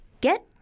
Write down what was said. get